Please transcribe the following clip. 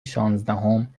شانزدهم